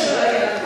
יש בעיה.